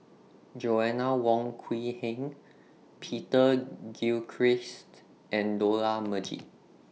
Joanna Wong Quee Heng Peter Gilchrist and Dollah Majid